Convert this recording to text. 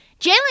Jalen